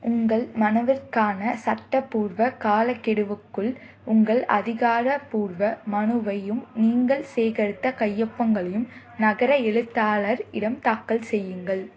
உங்கள் மனுவிற்கான சட்டப்பூர்வ காலக்கெடுவுக்குள் உங்கள் அதிகாரப்பூர்வ மனுவையும் நீங்கள் சேகரித்த கையொப்பங்களையும் நகர எழுத்தாளர் இடம் தாக்கல் செய்யுங்கள்